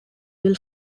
will